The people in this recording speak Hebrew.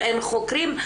אין חוקרים,